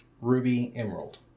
ruby-emerald